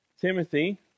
Timothy